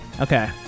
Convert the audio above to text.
Okay